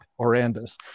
orandas